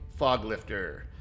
Foglifter